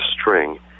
string